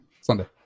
sunday